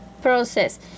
process